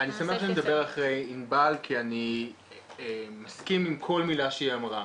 אני שמחו שאני מדבר אחרי ענבל כי אני מסכים עם כל מילה שהיא אמרה.